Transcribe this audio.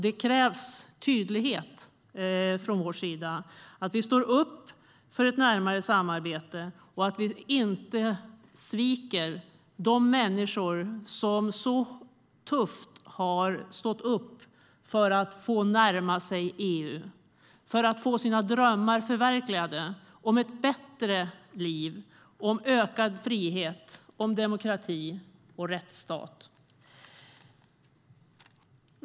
Det krävs tydlighet från vår sida, att vi står upp för ett närmare samarbete och att vi inte sviker de människor som så tufft har stått upp för att få närma sig EU och få sina drömmar om ett bättre liv, ökad frihet, demokrati och rättsstat förverkligade.